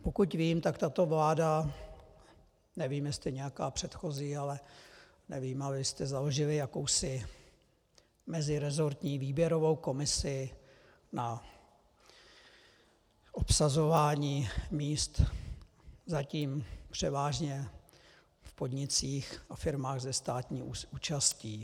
Pokud vím, tak tato vláda, nevím, jestli nějaká předchozí, nevím, ale vy jste založili jakousi mezirezortní výběrovou komisi na obsazování míst zatím převážně v podnicích a firmách se státní účastí.